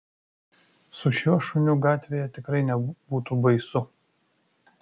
su šiuo šuniu gatvėje tikrai nebūtų baisu